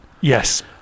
Yes